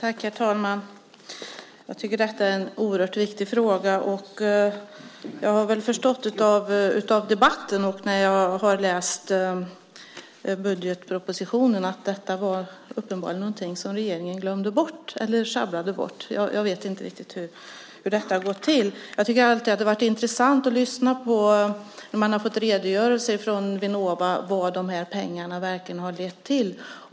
Herr talman! Jag tycker att detta är en oerhört viktig fråga. Jag har förstått av debatten och när jag har läst budgetpropositionen att detta uppenbarligen var någonting som regeringen glömde bort eller sjabblade bort. Jag vet inte riktigt hur detta har gått till. Jag tycker att det varit intressant att lyssna på, när man har fått redogörelser från Vinnova, vad de här pengarna verkligen har lett till.